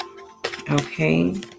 okay